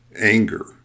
anger